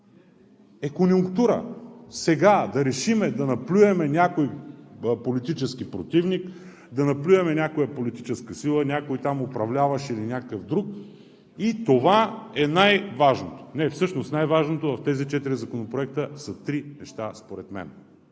е конюнктура. Сега да решим да наплюем някой политически противник, да наплюем някоя политическа сила, някой там управляващ или някакъв друг и това е най-важното. Не, всъщност най-важното в тези четири законопроекта са три неща според мен.